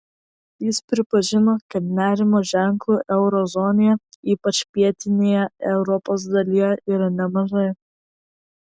jis pripažino kad nerimo ženklų euro zonoje ypač pietinėje europos dalyje yra nemažai